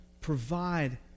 provide